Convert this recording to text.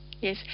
Yes